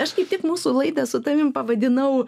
aš kaip tik mūsų laidą su tavim pavadinau